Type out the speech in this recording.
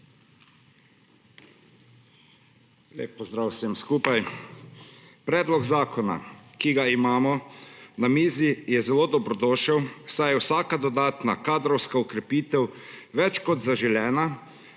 Lep pozdrav vsem skupaj! Predloga zakona, ki ga imamo na mizi, je zelo dobrodošel, saj je vsaka dodatna kadrovska okrepitev več kot zaželena,